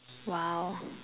!wow!